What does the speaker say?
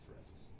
risks